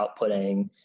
outputting